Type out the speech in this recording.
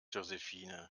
josephine